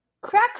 crack